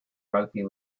rugby